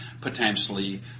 potentially